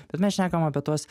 bet mes šnekam apie tuos